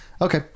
Okay